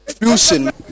fusion